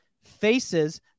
faces